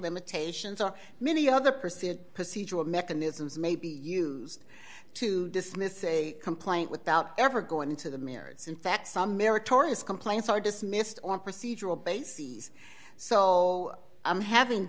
limitations are many other personal procedural mechanisms may be used to dismiss a complaint without ever going into the merits and that some meritorious complaints are dismissed on procedural bases so i'm having